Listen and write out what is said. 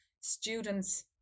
students